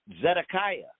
Zedekiah